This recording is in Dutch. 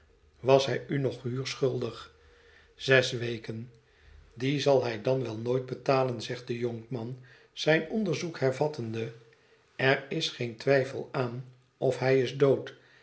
was hij u nog huur schuldig zes weken die zal hij dan wel nooit betalen zegt de jonkman zijn onderzoek hervattende er is geen twijfel aan of hij is dood